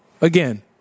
again